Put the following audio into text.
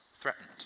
threatened